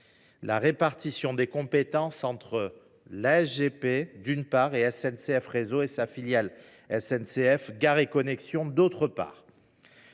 la répartition des compétences entre la SGP, d’une part, et SNCF Réseau et sa filiale SNCF Gares & Connexions, d’autre part.